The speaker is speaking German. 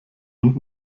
und